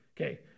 Okay